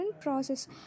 Process